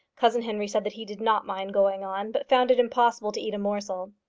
cousin henry said that he did not mind going on, but found it impossible to eat a morsel.